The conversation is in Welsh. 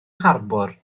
harbwr